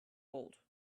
old